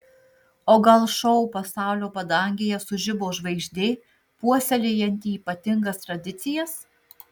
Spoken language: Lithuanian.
o gal šou pasaulio padangėje sužibo žvaigždė puoselėjanti ypatingas tradicijas